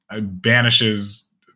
banishes